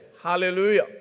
Hallelujah